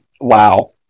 Wow